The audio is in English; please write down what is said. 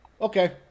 Okay